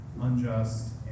unjust